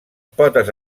potes